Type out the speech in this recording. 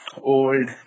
old